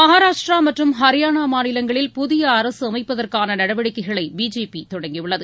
மகாராஷ்ட்ரா மற்றும் ஹரியானா மாநிலங்களில் புதிய அரசு அமைப்பதற்கான நடவடிக்கைகளை பிஜேபி தொடங்கி உள்ளது